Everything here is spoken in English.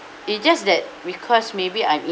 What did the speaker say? it just that because maybe I'm